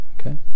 Okay